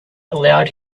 allowed